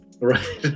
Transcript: Right